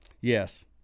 yes